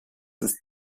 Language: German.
ist